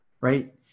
right